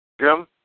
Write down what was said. Jim